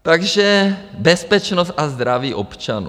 Takže bezpečnost a zdraví občanů.